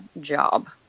job